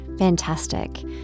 Fantastic